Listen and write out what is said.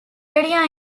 area